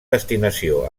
destinació